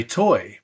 toy